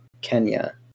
Kenya